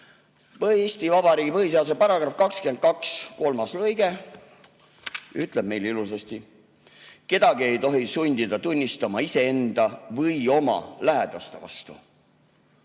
Eesti Vabariigi põhiseaduse § 22 kolmas lõige ütleb meile ilusasti: kedagi ei tohi sundida tunnistama iseenda või oma lähedaste vastu.